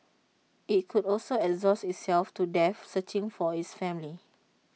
IT could also exhaust itself to death searching for its family